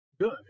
Good